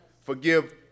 forgive